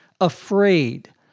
afraid